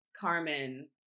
Carmen